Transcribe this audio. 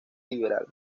liberal